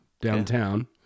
downtown